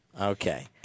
Okay